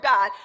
God